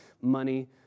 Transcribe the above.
money